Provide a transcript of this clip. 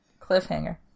cliffhanger